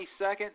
22nd